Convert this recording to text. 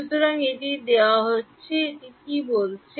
সুতরাং এটি দেওয়া হচ্ছে এটি কি বলছে